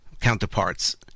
counterparts